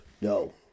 No